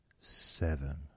Seven